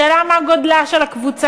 השאלה היא מה גודלה של הקבוצה.